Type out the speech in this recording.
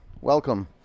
Welcome